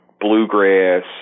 bluegrass